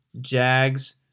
Jags